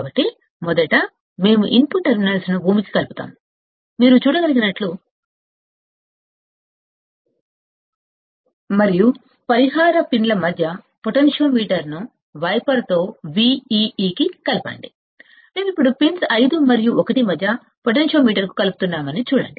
కాబట్టి మొదట మనం ఇన్పుట్ టెర్మినల్స్ ను గ్రౌండ్ కి కలుపుతాము మీరు చూడగలిగినట్లైతే పరిహార పిన్ల మధ్య పొటెన్షియోమీటర్ను వైపర్తో VEE కి కలపండి మనం ఇప్పుడు పిన్స్ 5 మరియు 1 మధ్య పొటెన్షియోమీటర్ను కలుపుతున్నామని చూడండి